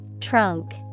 Trunk